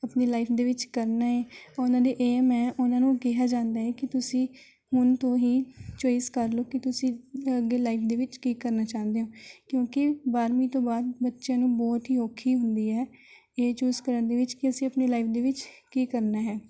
ਆਪਣੀ ਲਾਈਫ ਦੇ ਵਿੱਚ ਕਰਨਾ ਹੈ ਉਨ੍ਹਾਂ ਦੇ ਏਮ ਹੈ ਉਨਾਂ ਨੂੰ ਕਿਹਾ ਜਾਂਦਾ ਹੈ ਕਿ ਤੁਸੀਂ ਹੁਣ ਤੋਂ ਹੀ ਚੁਆਇਸ ਕਰ ਲਉ ਕਿ ਤੁਸੀਂ ਅੱਗੇ ਲਾਈਫ ਦੇ ਵਿੱਚ ਕੀ ਕਰਨਾ ਚਾਹੁੰਦੇ ਹੋ ਕਿਉਂਕਿ ਬਾਰਵੀਂ ਤੋਂ ਬਾਅਦ ਬੱਚਿਆਂ ਨੂੰ ਬਹੁਤ ਹੀ ਔਖੀ ਹੁੰਦੀ ਹੈ ਇਹ ਚੂਜ਼ ਕਰਨ ਦੇ ਵਿੱਚ ਕਿ ਅਸੀਂ ਆਪਣੀ ਲਾਈਫ ਦੇ ਵਿੱਚ ਕੀ ਕਰਨਾ ਹੈ